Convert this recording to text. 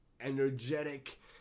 energetic